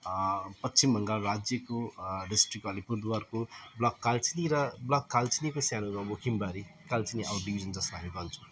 पश्चिम बङ्गाल राज्यको डिस्ट्रिक अलिपुरद्वारको ब्लक कालचिनी र ब्लक कालचिनीको सानो गाउँ हो मुखिमबारी कालचिनी आउट डिभिजन जसलाई हामी भन्छौँ